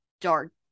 dark